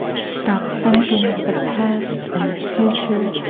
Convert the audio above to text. stop thinking of the past and the future.